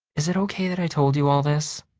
is it okay that i told you all this?